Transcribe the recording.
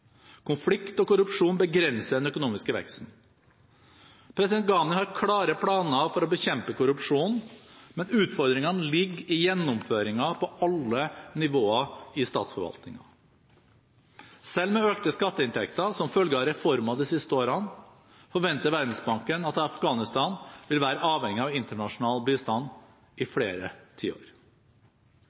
Konflikt og korrupsjon begrenser den økonomiske veksten. President Ghani har klare planer for å bekjempe korrupsjonen, men utfordringen ligger i gjennomføringen på alle nivåer i statsforvaltningen. Selv med økte skatteinntekter som følge av reformer de siste årene forventer Verdensbanken at Afghanistan vil være avhengig av internasjonal bistand i flere tiår.